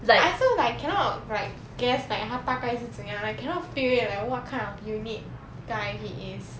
I feel like cannot like guess like 他大概是怎样 like cannot feel it like what kind of unique guy he is